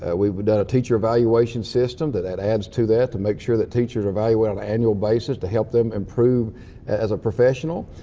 and we've done a teacher evaluation system that that adds to that to make sure that teachers are evaluated on an annual basis to help them improve as a professional.